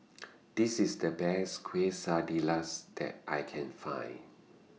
This IS The Best Quesadillas that I Can Find